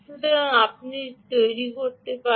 সুতরাং আপনি এটি তৈরি করতে পারে